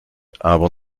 aber